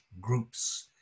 groups